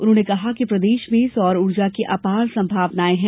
उन्होंने कहा कि मध्यप्रदेश में सौर ऊर्जा की अपार संभावनाएं हैं